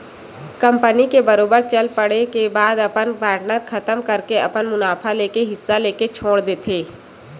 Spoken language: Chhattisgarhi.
कंपनी के बरोबर चल पड़े के बाद अपन पार्टनर खतम करके अपन मुनाफा लेके हिस्सा लेके छोड़ देथे